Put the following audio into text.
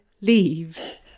leaves